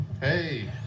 Hey